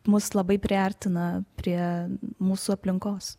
mus labai priartina prie mūsų aplinkos